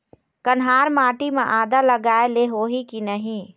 कन्हार माटी म आदा लगाए ले होही की नहीं?